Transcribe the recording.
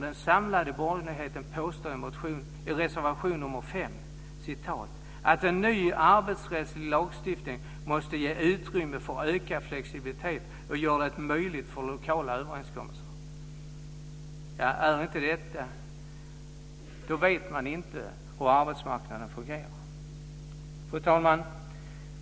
Den samlade borgerligheten påstår i reservation nr 5: En ny arbetsrättslig lagstiftning måste ge utrymme för ökad flexibilitet och göra det möjligt för lokala överenskommelser. Då vet man inte hur arbetsmarknaden fungerar. Fru talman!